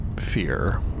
Fear